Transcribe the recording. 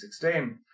2016